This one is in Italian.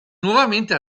nuovamente